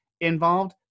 involved